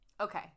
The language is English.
Okay